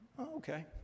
Okay